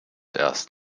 erst